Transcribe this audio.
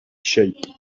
shape